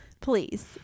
Please